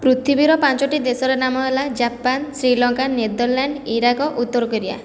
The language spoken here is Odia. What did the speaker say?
ପୃଥିବୀର ପାଞ୍ଚୋଟି ଦେଶର ନାମ ହେଲା ଜାପାନ ଶ୍ରୀଲଙ୍କା ନେଦର୍ଲ୍ୟାଣ୍ଡ ଇରାକ ଉତ୍ତର କୋରିଆ